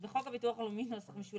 מקריאה: בחוק הביטוח הלאומי התשנ"ה-1995,